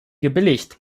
gebilligt